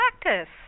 practice